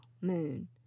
moon